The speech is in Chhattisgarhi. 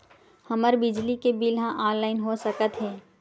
हमर बिजली के बिल ह ऑनलाइन हो सकत हे?